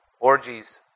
orgies